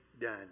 done